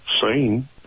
seen